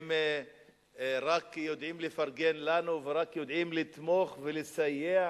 הם רק יודעים לפרגן לנו ורק יודעים לתמוך ולסייע